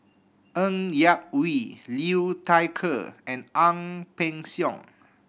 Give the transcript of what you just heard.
Ng Yak Whee Liu Thai Ker and Ang Peng Siong